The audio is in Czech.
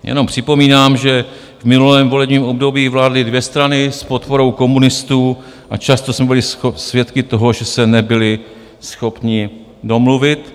Jenom připomínám, že v minulém volebním období vládly dvě strany s podporou komunistů a často jsme byli svědky toho, že se nebyly schopny domluvit.